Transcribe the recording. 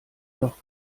noch